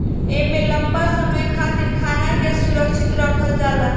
एमे लंबा समय खातिर खाना के सुरक्षित रखल जाला